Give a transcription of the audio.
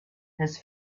his